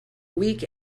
week